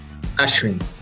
Ashwin